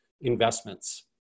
investments